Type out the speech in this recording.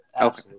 Okay